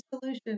solution